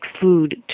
food